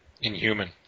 inhuman